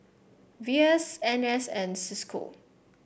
V S N S and Cisco